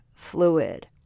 fluid